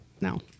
no